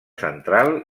central